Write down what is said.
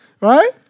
Right